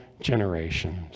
generations